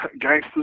gangsters